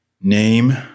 Name